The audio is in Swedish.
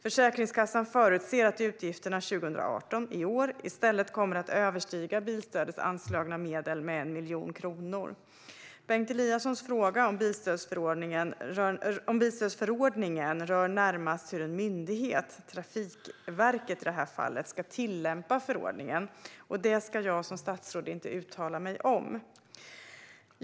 Försäkringskassan förutser att utgifterna 2018 i stället kommer att överstiga bilstödets anslagna medel med 1 miljon kronor. Bengt Eliassons fråga om bilstödsförordningen rör närmast hur en myndighet, Trafikverket i detta fall, ska tillämpa en förordning. Detta kan jag som statsråd inte uttala mig om.